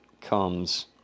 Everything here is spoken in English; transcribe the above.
comes